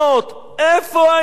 איפה הייתם?